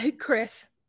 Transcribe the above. Chris